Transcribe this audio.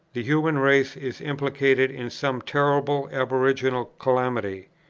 the human race is implicated in some terrible aboriginal calamity.